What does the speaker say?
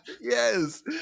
Yes